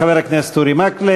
תודה לחבר הכנסת אורי מקלב.